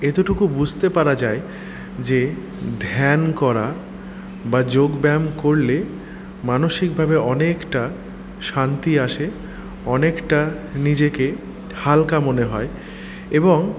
এতটুকু বুঝতে পারা যায় যে ধ্যান করা বা যোগ ব্যায়াম করলে মানসিকভাবে অনেকটা শান্তি আসে অনেকটা নিজেকে হালকা মনে হয় এবং